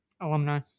Alumni